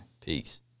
Peace